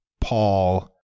Paul